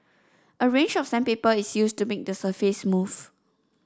a range of sandpaper is used to make the surface smooth